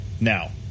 now